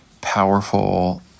powerful